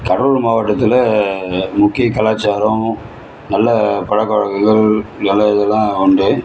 கடலூர் மாவட்டத்தில் முக்கிய கலாச்சாரம் நல்ல பழக்க வழக்கங்கள் நல்ல இதெல்லாம் உண்டு